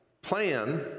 plan